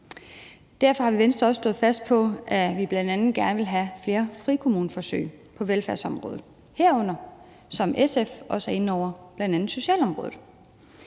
Derfor har Venstre også stået fast på, at vi bl.a. gerne vil have flere frikommuneforsøg på velfærdsområdet, herunder bl.a. socialområdet,